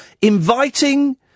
inviting